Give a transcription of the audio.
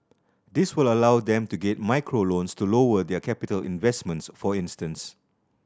this will allow them to get micro loans to lower their capital investments for instance